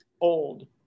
old